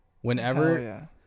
Whenever